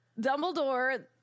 Dumbledore